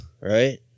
Right